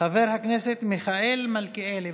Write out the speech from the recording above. חבר הכנסת מיכאל מלכיאלי,